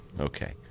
Okay